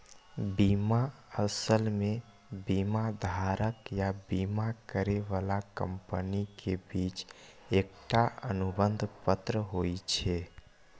बीमा असल मे बीमाधारक आ बीमा करै बला कंपनी के बीच एकटा अनुबंध पत्र होइ छै